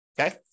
okay